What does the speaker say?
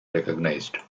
recognized